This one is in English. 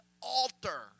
altar